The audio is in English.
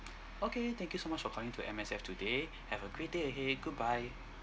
okay thank you so much for calling to M_S_F today have a great day ahead goodbye